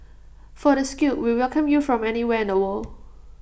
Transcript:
for the skilled we welcome you from anywhere in the world